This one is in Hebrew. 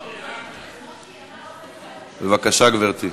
בבקשה, גברתי.